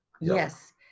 yes